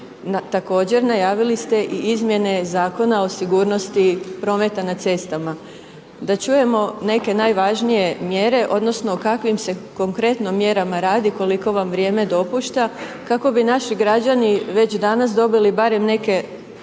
također najavili ste i izmjene Zakona o sigurnosti prometa na cestama. Da čujemo neke najvažnije mjere, odnosno, o kakvim se konkretno mjerama radi, koliko vam vrijeme dopušta, kako bi naši građani, već danas dobili barem neke